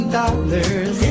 dollars